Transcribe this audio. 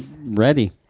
ready